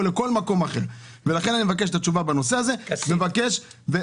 אני מבקש את